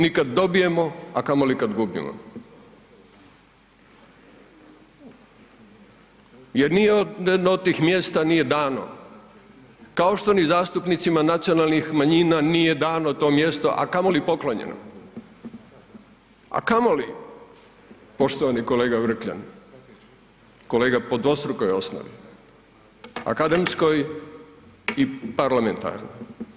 Ni kad dobijemo, a kamoli kad gubimo jer nijedno od tih mjesta nije dano kao što ni zastupnicima nacionalnih manjina nije dano to mjesto, a kamoli poklonjeno, a kamoli poštovani kolega Vrkljan, kolega po dvostrukoj osnovi, akademskoj i parlamentarnoj.